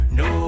no